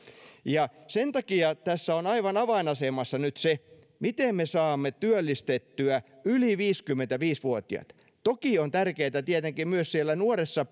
sen takia tässä on aivan avainasemassa nyt se miten me saamme työllistettyä yli viisikymmentäviisi vuotiaat toki on tärkeää tietenkin myös siellä nuoressa